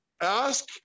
ask